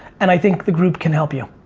and i think the group can help you.